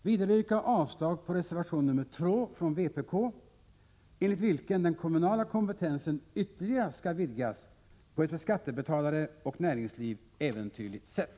Vidare yrkar jag avslag på reservation nr 2 från vpk, enligt vilken den kommunala kompetensen ytterligare skall vidgas på ett för skattebetalare och näringsliv äventyrligt sätt.